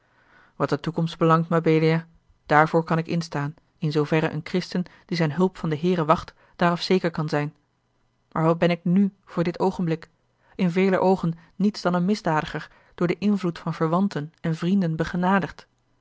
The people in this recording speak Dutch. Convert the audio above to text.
wat de toekomst belangt mabelia daarvoor kan ik instaan in zooverre een christen die zijne hulpe van den heere wacht daaraf zeker kan zijn maar wat ben ik nù voor dit oogenblik in veler oogen niets dan een misdadiger door den invloed van verwanten en vrienden begenadigd